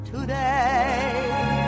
today